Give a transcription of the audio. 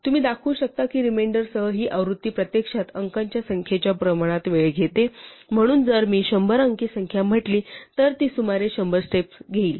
तुम्ही दाखवू शकता की रिमेंडर सह ही आवृत्ती प्रत्यक्षात अंकांच्या संख्येच्या प्रमाणात वेळ घेते म्हणून जर मी शंभर अंकी संख्या म्हटली तर ती सुमारे शंभर स्टेप्स घेईल